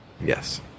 Yes